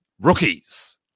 Rookies